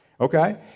Okay